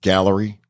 Gallery